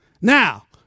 Now